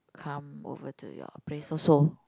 come over to your place also